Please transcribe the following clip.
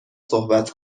صحبت